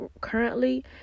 currently